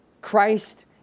Christ